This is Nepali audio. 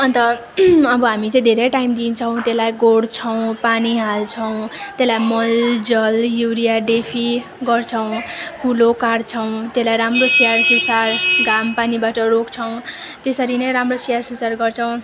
अन्त अबो हामी चाहिँ धेरै टाइम दिन्छौँ तेल्लाई गोड्छौँ पानी हाल्छौँ तेल्लाई मलजल युरिया डेफी गर्छौँ कुलो काट्छौँ तेल्लाई राम्रो स्याहार सुरार घामपानीबाट रोक्छौँ त्यसरीनै राम्रो स्याहार सुसार गर्छौँ